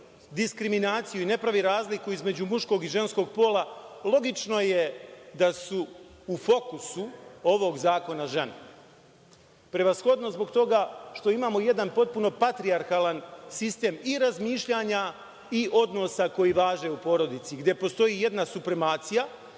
diskriminaciju i ne pravi razliku između muškog i ženskog pola, logično je da su u fokusu ovog zakona žene, prevashodno zbog toga što imamo jedan potpuno patrijarhalan sistem i razmišljanja i odnosa koji važeu porodici, gde postoji supremacija